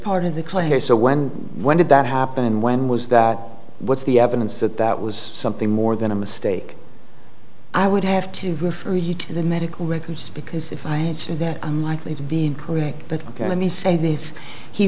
part of the clay or so when when did that happen and when was that what's the evidence that that was something more than a mistake i would have to refer you to the medical records because if i answer that i'm likely to be incorrect but ok let me say this he